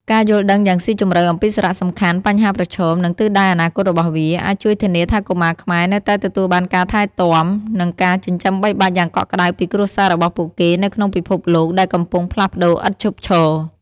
ការយល់ដឹងយ៉ាងស៊ីជម្រៅអំពីសារៈសំខាន់ បញ្ហាប្រឈម និងទិសដៅអនាគតរបស់វា អាចជួយធានាថាកុមារខ្មែរនៅតែទទួលបានការថែទាំ និងការចិញ្ចឹមបីបាច់យ៉ាងកក់ក្ដៅពីគ្រួសាររបស់ពួកគេនៅក្នុងពិភពលោកដែលកំពុងផ្លាស់ប្ដូរឥតឈប់ឈរ។